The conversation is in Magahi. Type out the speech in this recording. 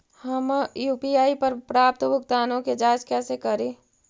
हम यु.पी.आई पर प्राप्त भुगतानों के जांच कैसे करी?